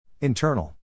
Internal